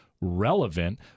relevant